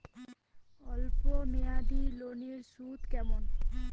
অল্প মেয়াদি লোনের সুদ কেমন?